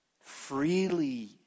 freely